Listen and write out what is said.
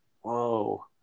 Whoa